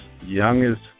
youngest